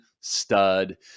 stud